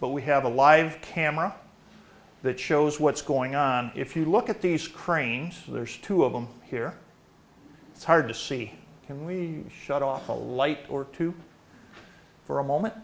but we have a live camera that shows what's going on if you look at these cranes there's two of them here it's hard to see can we shut off a light or two for a moment